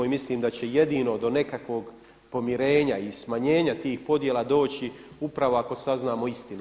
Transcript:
I mislim da će jedino do nekakvog pomirenja i smanjenja tih podjela doći upravo ako saznamo istinu.